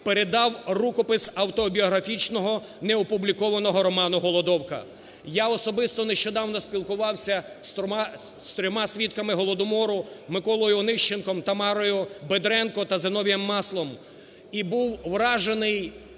передав рукопис автобіографічного неопублікованого роману "Голодовка". Я особисто нещодавно спілкувався з трьома свідками Голодомору – Миколою Онищенком, Тамарою Бедренко та Зіновієм Маслом